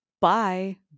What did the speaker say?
Bye